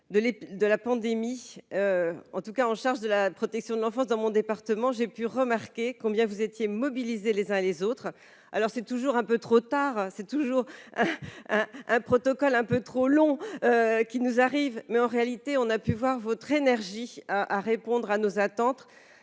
l'de la pandémie en tout cas, en charge de la protection de l'enfance dans mon département, j'ai pu remarquer combien vous étiez mobiliser les uns et les autres alors c'est toujours un peu trop tard, c'est toujours un protocole, un peu trop long qui nous arrive, mais en réalité on a pu voir votre énergie à à répondre à nos attentes